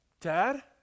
Dad